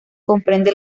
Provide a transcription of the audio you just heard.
comprende